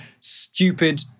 stupid